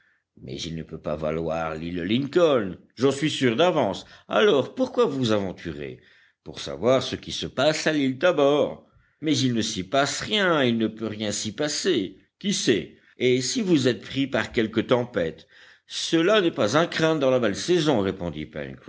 mais il ne peut valoir l'île lincoln j'en suis sûr d'avance alors pourquoi vous aventurer pour savoir ce qui se passe à l'île tabor mais il ne s'y passe rien il ne peut rien s'y passer qui sait et si vous êtes pris par quelque tempête cela n'est pas à craindre dans la belle saison répondit